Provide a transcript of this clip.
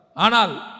Anal